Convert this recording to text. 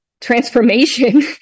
transformation